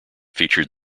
featured